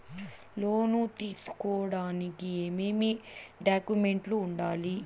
లోను తీసుకోడానికి ఏమేమి డాక్యుమెంట్లు ఉండాలి